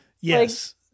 Yes